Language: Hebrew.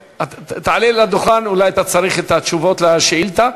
תעלה לדוכן, אולי אתה צריך את התשובות על השאילתה?